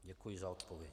Děkuji za odpověď.